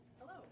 Hello